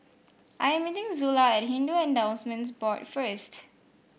I am meeting Zula at Hindu Endowments Board first